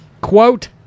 Quote